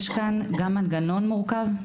יש כאן גם מנגנון מורכב,